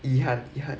遗憾遗憾